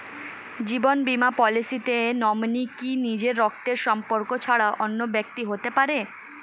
জীবন বীমা পলিসিতে নমিনি কি নিজের রক্তের সম্পর্ক ছাড়া অন্য ব্যক্তি হতে পারে?